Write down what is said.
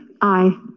Aye